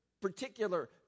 particular